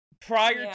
Prior